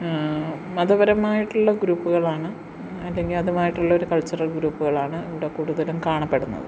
മതപരമായിട്ടുള്ള ഗ്രൂപ്പുകളാണ് അല്ലെങ്കില് അതുമായിട്ടുള്ളൊരു കൾച്ചറൽ ഗ്രൂപ്പുകളാണ് ഇവിടെ കൂടുതലും കാണപ്പെടുന്നത്